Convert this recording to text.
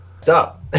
Stop